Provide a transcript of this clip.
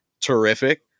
terrific